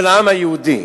של העם היהודי.